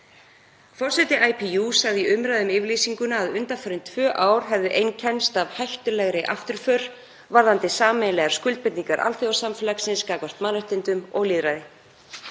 Forseti IPU sagði í umræðu um yfirlýsinguna að undanfarin tvö ár hefðu einkennst af hættulegri afturför varðandi sameiginlegar skuldbindingar alþjóðasamfélagsins gagnvart mannréttindum og lýðræði.